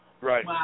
Right